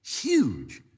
huge